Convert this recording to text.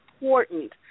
important